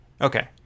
Okay